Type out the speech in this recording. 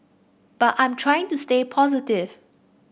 but I'm trying to stay positive